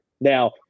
Now